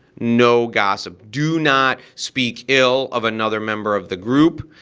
no gossip, do not speak ill of another member of the group.